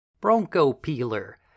Bronco-peeler